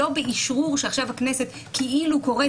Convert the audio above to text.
לא באשרור שעכשיו הכנסת כאילו קוראת